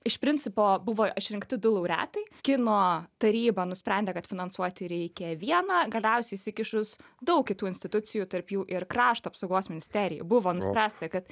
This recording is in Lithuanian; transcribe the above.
iš principo buvo išrinkti du laureatai kino taryba nusprendė kad finansuoti reikia vieną galiausiai įsikišus daug kitų institucijų tarp jų ir krašto apsaugos ministerijai buvo nuspręsta kad